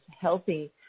healthy